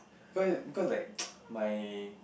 because because like my